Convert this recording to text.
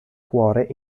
cuore